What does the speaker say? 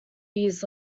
years